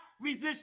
resist